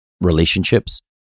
relationships